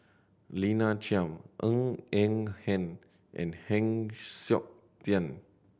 Lina Chiam Ng Eng Hen and Heng Siok Tian